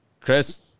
Chris